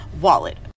wallet